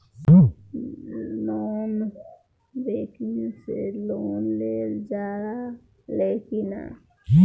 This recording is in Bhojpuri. नॉन बैंकिंग से लोन लेल जा ले कि ना?